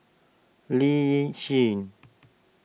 Lee Yi Shyan